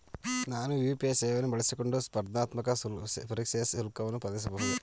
ನಾನು ಯು.ಪಿ.ಐ ಸೇವೆಯನ್ನು ಬಳಸಿಕೊಂಡು ಸ್ಪರ್ಧಾತ್ಮಕ ಪರೀಕ್ಷೆಯ ಶುಲ್ಕವನ್ನು ಪಾವತಿಸಬಹುದೇ?